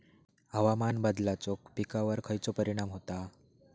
हवामान बदलाचो पिकावर खयचो परिणाम होता?